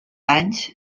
anys